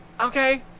okay